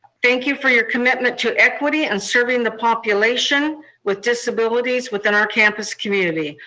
thank you for your commitment to equity and serving the population with disabilities within our campus community.